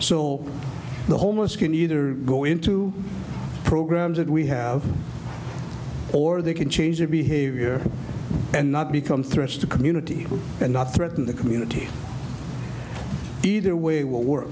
so the homeless can either go into programs that we have or they can change their behavior and not become threats to community and not threaten the community either way will w